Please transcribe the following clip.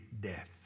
death